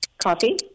Coffee